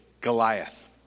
Goliath